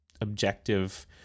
objective